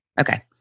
Okay